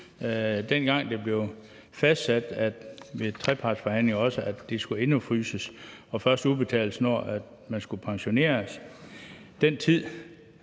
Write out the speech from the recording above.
tid. Det blev fastsat ved trepartsforhandlingerne, at pengene skulle indefryses og først udbetales, når man skulle pensioneres,